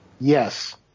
Yes